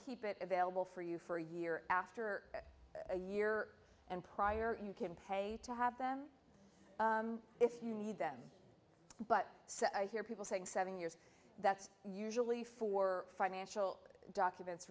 keep it available for you for a year after a year and prior you can pay to have them if you need them but i hear people saying seven years that's usually for financial documents